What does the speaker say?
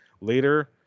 later